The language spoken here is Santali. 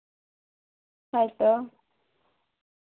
ᱦᱳᱭ ᱛᱚ